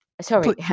sorry